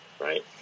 right